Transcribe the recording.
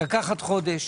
קחו חודש,